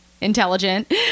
intelligent